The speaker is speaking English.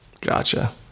Gotcha